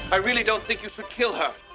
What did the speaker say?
i really don't think you should kill her.